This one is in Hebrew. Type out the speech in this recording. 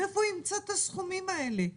מאיפה הוא ימצא את הסכומים האלה?